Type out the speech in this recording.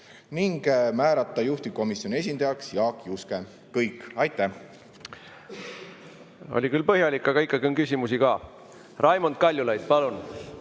ning määrata juhtivkomisjoni esindajaks Jaak Juske. Kõik. Aitäh! Oli küll põhjalik, aga ikkagi on küsimusi ka. Raimond Kaljulaid, palun!